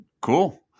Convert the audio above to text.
cool